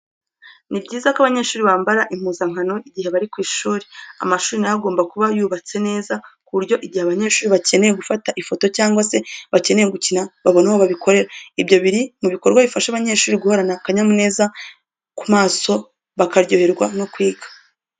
Ni byiza ko abanyeshuri bambara impuzankano igihe bari ku ishuri. Amashuri na yo agomba kuba yubatse neza ku buryo igihe abanyeshuri bakeneye gufata ifoto cyangwa se bakeneye gukina, babona aho babikorera. Ibyo biri mu bikorwa bifasha abanyeshuri guhorana akanyamuneza ku maso bakaryoherwa no kwiga.